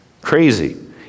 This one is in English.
Crazy